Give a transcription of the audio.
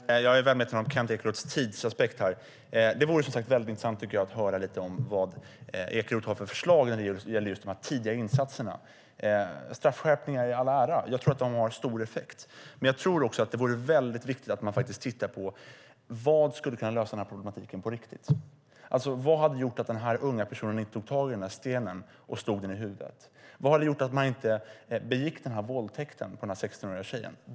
Herr talman! Jag är väl medveten om Kent Ekeroths tidsaspekt. Det vore, som sagt, intressant att höra lite grann om vilka förslag Ekeroth har när det gäller de tidiga insatserna. Straffskärpningar i all ära - jag tror att de ger effekt - men jag tror att det också vore viktigt att titta på vad som kan lösa dessa problem. Vad hade gjort att den unga personen inte tagit tag i stenen och slagit den i huvudet på en annan? Vad hade gjort att man inte begått våldtäkten på den 16-åriga tjejen?